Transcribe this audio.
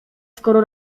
skoro